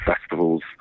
festivals